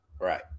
right